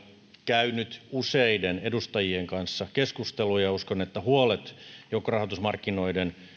käynyt useiden edustajien kanssa keskusteluja ja uskon että huolet joukkorahoitusmarkkinoiden